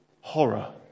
horror